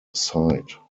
side